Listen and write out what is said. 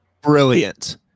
brilliant